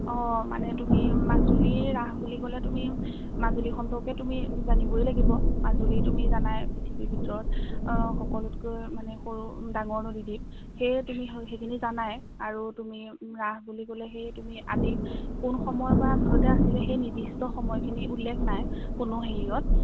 অঁ মানে তুমি মাজুলীৰ ৰাস বুলি ক'লে তুমি মাজুলীৰ সম্পৰ্কে তুমি জানিবই লাগিব মাজুলী তুমি জানাই পৃথিৱীৰ ভিতৰত সকলোতকৈ মানে সৰু ডাঙৰ নদী দ্বীপ সেয়ে তুমি সেই সেইখিনি জানাইয়ে আৰু তুমি সেই ৰাস বুলি ক'লে আদি কোন সময়ৰপৰা আছিলে আচলতে সেই নিৰ্দিষ্ট সময়খিনি উল্লেখ নাই কোনো হেৰিত